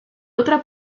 otra